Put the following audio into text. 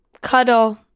Cuddle